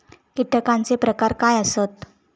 कीटकांचे प्रकार काय आसत?